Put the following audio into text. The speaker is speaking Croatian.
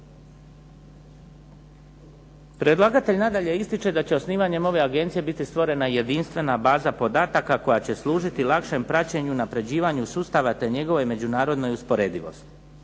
Predlagatelj nadalje ističe da će osnivanjem ove agencije biti stvorena jedinstvena baza podataka koja će služiti lakšem praćenju, unapređivanju sustava te njegovoj međunarodnoj usporedivosti.